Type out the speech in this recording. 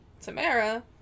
Tamara